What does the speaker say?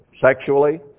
sexually